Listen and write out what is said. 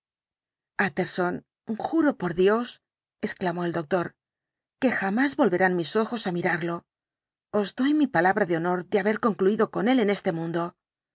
tjtterson juro por dios exclamó el doctor que jamás volverán mis ojos á mirarlo os doy mi palabra de honor de haber concluido con él en este mundo